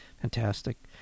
Fantastic